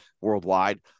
worldwide